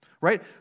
Right